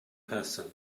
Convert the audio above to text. person